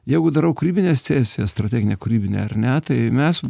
jeigu darau kūrybinę sesiją strateginę kūrybinę ar ne tai mes